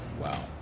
Wow